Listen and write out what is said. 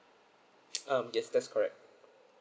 um yes that's correct